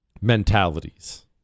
mentalities